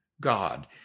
God